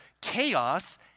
chaos